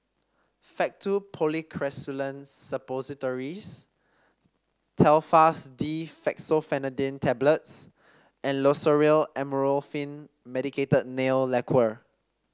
Faktu Policresulen Suppositories Telfast D Fexofenadine Tablets and Loceryl Amorolfine Medicated Nail Lacquer